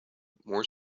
more